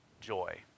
joy